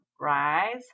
Rise